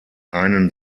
einen